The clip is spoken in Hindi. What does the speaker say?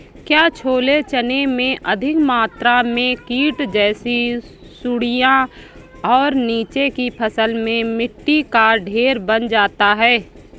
क्या छोले चने में अधिक मात्रा में कीट जैसी सुड़ियां और नीचे की फसल में मिट्टी का ढेर बन जाता है?